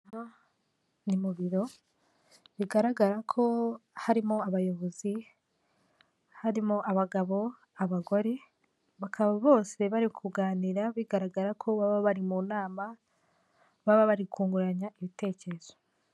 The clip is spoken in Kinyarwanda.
Ni mu biro bigaragara ko harimo abayobozi harimo abagabo, abagore bakaba bose bari kuganira bigaragara ko baba bari mu nama baba bari kunguranya ibitekerezo.